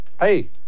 hey